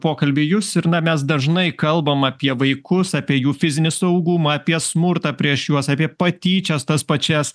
pokalbį jus ir na mes dažnai kalbam apie vaikus apie jų fizinį saugumą apie smurtą prieš juos apie patyčias tas pačias